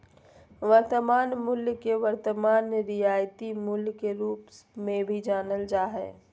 वर्तमान मूल्य के वर्तमान रियायती मूल्य के रूप मे भी जानल जा हय